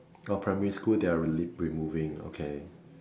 primary school they are removing okay